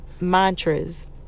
mantras